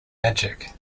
magic